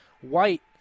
White